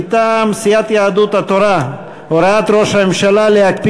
מטעם סיעת יהדות התורה: הוראת ראש הממשלה להקפיא